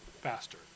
faster